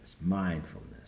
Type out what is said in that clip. mindfulness